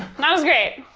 not as great.